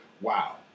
wow